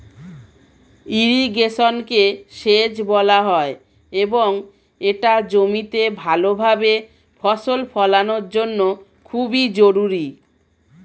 ইরিগেশনকে সেচ বলা হয় এবং এটা জমিতে ভালোভাবে ফসল ফলানোর জন্য খুবই জরুরি